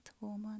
woman